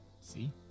See